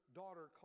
daughter